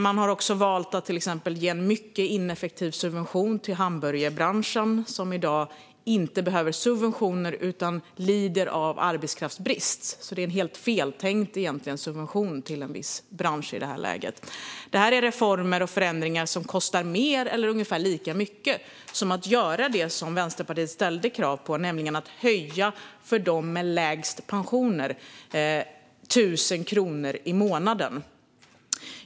Man har också valt att ge en mycket ineffektiv subvention till hamburgerbranschen, som i dag inte behöver subventioner utan lider av arbetskraftsbrist. Det är en helt feltänkt subvention till en viss bransch. Det här är reformer och förändringar som kostar mer än eller ungefär lika mycket som att göra det som Vänsterpartiet ställde krav på, nämligen att höja pensionen med 1 000 kronor i månaden för dem med lägst pensioner.